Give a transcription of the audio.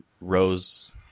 Rose